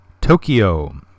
Tokyo